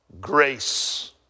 grace